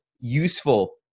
useful